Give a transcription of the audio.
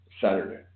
Saturday